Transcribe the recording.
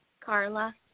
Carla